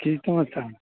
की समाचार